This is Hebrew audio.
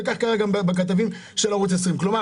וכך קרה גם לכתבים של ערוץ 20. כלומר